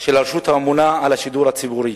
של הרשות האמונה על השידור הציבורי.